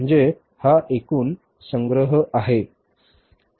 म्हणजे हा एकूण संग्रह आहे